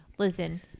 Listen